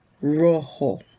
rojo